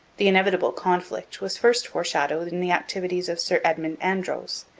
the inevitable conflict was first foreshadowed in the activities of sir edmund andros,